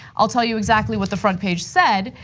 i'll tell you exactly what the front page said.